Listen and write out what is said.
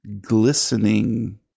glistening